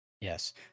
Yes